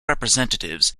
representatives